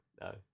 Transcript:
no